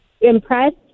impressed